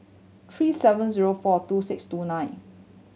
three seven zero four two six two nine